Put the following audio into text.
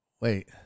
Wait